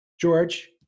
George